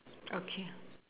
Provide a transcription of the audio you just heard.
okay